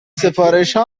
سفارشها